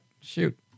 shoot